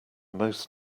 most